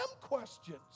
questions